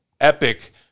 epic